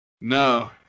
No